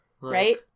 Right